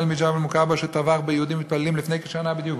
מג'בל-מוכבר שטבח ביהודים ובמתפללים לפני שנה בדיוק,